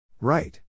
Right